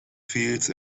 fields